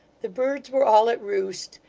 the birds were all at roost,